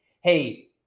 Hey